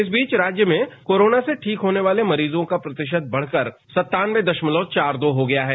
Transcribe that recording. इस बीच राज्य में कोरोना से ठीक होने वाले मरीजों की का प्रतिशत बढ़कर सत्तानबे दशमलव चार दो हो गया है